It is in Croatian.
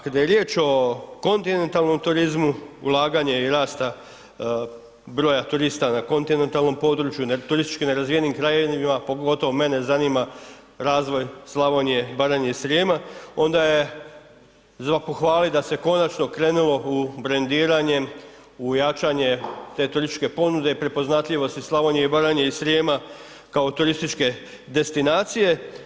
Kada je riječ o kontinentalnom turizmu, ulaganje i rasta broja turista na kontinentalnom području turistički nerazvijenim krajevima, pogotovo mene zanima razvoj Slavonije, Baranje i Srijema, onda je za pohvalit da se konačno krenulo u brendiranje, u jačanje te turističke ponude i prepoznatljivosti Slavonije i Baranje i Srijema kao turističke destinacije.